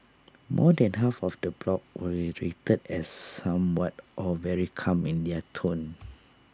more than half of the blogs were rated as somewhat or very calm in their tone